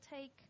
take